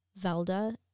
Velda